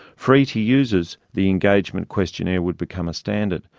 free to users, the engagement questionnaire would become a standard,